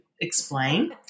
explain